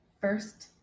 first